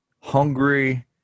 hungry